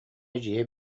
эдьиийэ